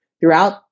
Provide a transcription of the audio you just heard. throughout